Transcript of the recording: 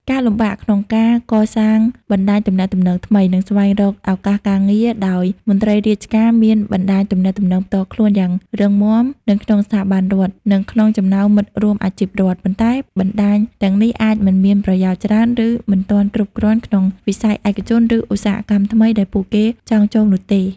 ការលំបាកក្នុងការកសាងបណ្តាញទំនាក់ទំនងថ្មី និងស្វែងរកឱកាសការងារដោយមន្ត្រីរាជការមានបណ្តាញទំនាក់ទំនងផ្ទាល់ខ្លួនយ៉ាងរឹងមាំនៅក្នុងស្ថាប័នរដ្ឋ និងក្នុងចំណោមមិត្តរួមអាជីពរដ្ឋ ប៉ុន្តែបណ្តាញទាំងនេះអាចមិនមានប្រយោជន៍ច្រើន ឬមិនទាន់គ្រប់គ្រាន់ក្នុងវិស័យឯកជន ឬឧស្សាហកម្មថ្មីដែលពួកគេចង់ចូលនោះទេ។